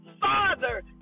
father